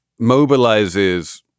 mobilizes